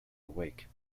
awake